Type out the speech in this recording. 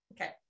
Okay